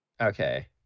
Okay